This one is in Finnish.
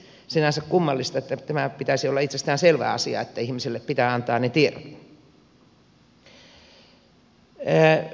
sinänsä kummallista tämänhän pitäisi olla itsestään selvä asia että ihmiselle pitää antaa ne tiedot